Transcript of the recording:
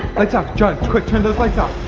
lights out. john quick turn those lights off.